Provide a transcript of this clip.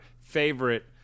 favorite